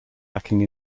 lacking